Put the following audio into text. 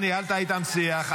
אתה ניהלת איתם שיח.